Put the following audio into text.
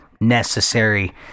necessary